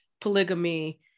polygamy